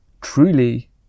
truly